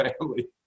family